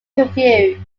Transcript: curfew